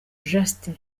justin